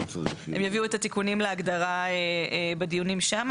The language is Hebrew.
הם יביאו את התיקונים להגדרה בדיונים שם.